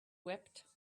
wept